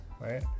right